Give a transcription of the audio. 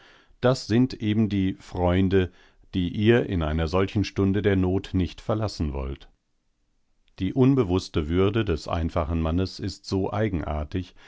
das sind eben die freunde die ihr in einer solchen stunde der not nicht verlassen wollt die unbewußte würde des einfachen mannes ist so eigenartig